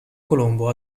colombo